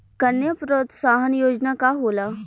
कन्या प्रोत्साहन योजना का होला?